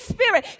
Spirit